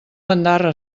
bandarra